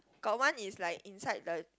got one is like inside the